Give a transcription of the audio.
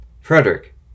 Frederick